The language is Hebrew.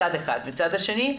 מצד שני,